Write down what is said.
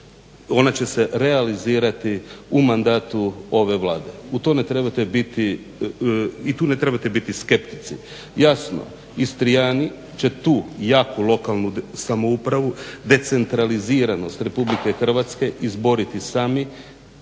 ona će se realizirati u mandatu ove Vlade i tu ne trebate biti skeptici. Jasno, Istrijani će tu jaku lokalnu samoupravu, decentraliziranost Republike Hrvatske izboriti sami